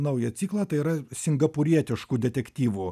naują ciklą tai yra singapūrietiškų detektyvų